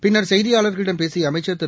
பின்னர் செய்தியாளர்களிடம் பேசிய அமைச்சர் திரு